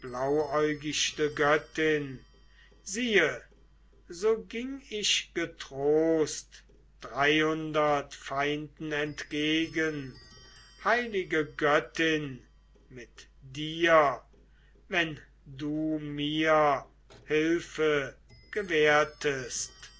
blauäugichte göttin siehe so ging ich getrost dreihundert feinden entge gen heilige göttin mit dir wenn du mir hilfe gewährtest